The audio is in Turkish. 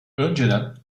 önceden